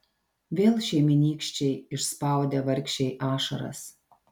vėl šeimynykščiai išspaudė vargšei ašaras